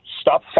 stop